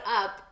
up